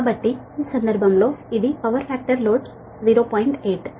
కాబట్టి ఈ సందర్భంలో ఇది పవర్ ఫాక్టర్ లోడ్ 0